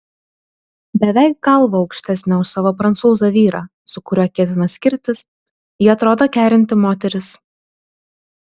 beveik galva aukštesnė už savo prancūzą vyrą su kuriuo ketina skirtis ji atrodo kerinti moteris